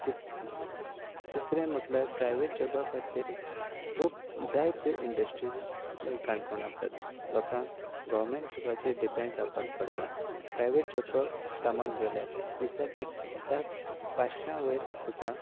तीस तिसरें म्हटल्यार प्रायवेट जॉबा खातीर खूब जायत्यो इंडस्ट्रीज काणकोण आसात लोकांक गर्वमेंट जॉबाचेर डिपेंड रावपाक पडनात प्रायवेट जॉबाक कामाक गेल्यार दिसाक एक फायव पांचशां वयर तुका